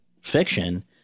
fiction